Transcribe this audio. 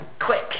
quick